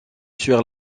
sur